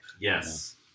Yes